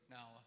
Now